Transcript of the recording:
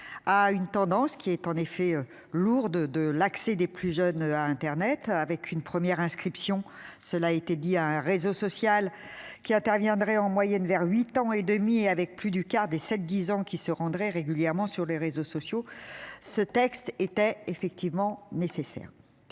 à une tendance qui est en effet lourde de l'accès des plus jeunes à Internet avec une première inscription, cela a été dit à un réseau social. Qui interviendrait en moyenne vers huit ans et demi et avec plus du quart des 7 disant qu'il se rendrait régulièrement sur les réseaux sociaux. Ce texte était effectivement nécessaire.